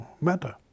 matter